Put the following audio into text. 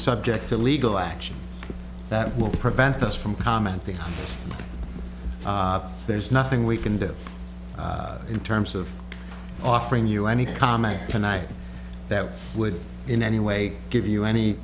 subject to legal action that will prevent us from commenting there's nothing we can do in terms of offering you any comment tonight that would in any way give you any